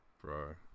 bro